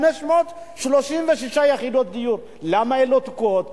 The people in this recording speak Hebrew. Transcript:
23,536 יחידות דיור, למה הן תקועות?